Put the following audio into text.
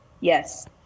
Yes